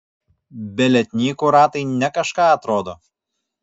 be lietnykų ratai ne kažką atrodo